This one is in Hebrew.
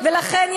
ולכן,